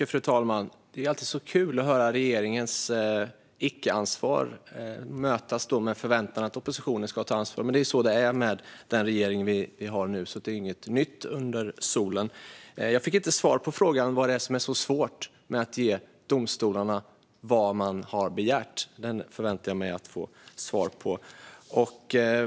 Fru talman! Det är alltid kul att höra regeringen med sitt icke-ansvar möta upp med förväntan att oppositionen ska ta ansvar. Men det är så det är med den regering vi har nu, så inget nytt under solen. Jag fick inte svar på frågan vad det är som är så svårt med att ge domstolarna vad de har begärt. Det förväntar jag mig att få svar på.